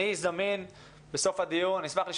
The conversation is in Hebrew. אני זמין בסוף הדיון.